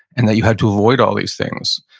and that you had to avoid all these things.